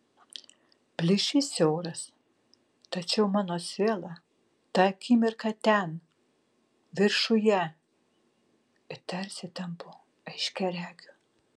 plyšys siauras tačiau mano siela tą akimirką ten viršuje ir tarsi tampu aiškiaregiu